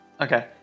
Okay